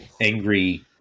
angry